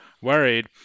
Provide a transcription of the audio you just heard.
worried